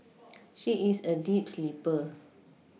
she is a deep sleeper